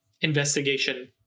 investigation